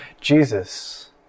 Jesus